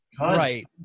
right